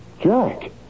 Jack